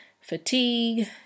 fatigue